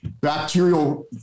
bacterial